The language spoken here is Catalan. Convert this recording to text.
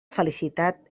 felicitat